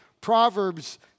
Proverbs